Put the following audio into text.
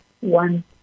one